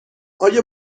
آیا